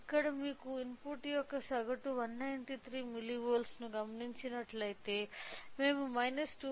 ఇక్కడ మీరు ఇన్పుట్ యొక్క సగటు 193 మిల్లీవోల్ట్లని గమనించినట్లయితే మేము 2